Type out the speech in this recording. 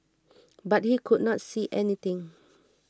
but he could not see anything